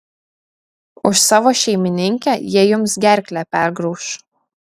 už savo šeimininkę jie jums gerklę pergrauš